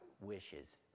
wishes